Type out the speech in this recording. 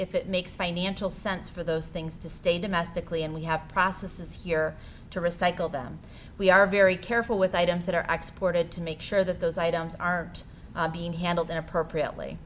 if it makes financial sense for those things to stay domestically and we have processes here to recycle them we are very careful with items that are i exported to make sure that those items are being handled in appropriately